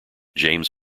james